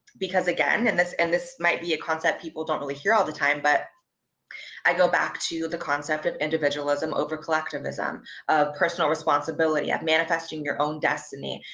because again, and this and this might be a concept people don't really hear all the time, but i go back to the concept of individualism over collectivism, of personal responsibility and manifesting your own destiny.